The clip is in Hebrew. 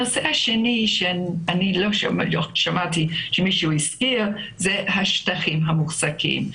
הנושא הנוסף שלא שמעתי שמישהו הזכיר זה השטחים המוחזקים,